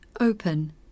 open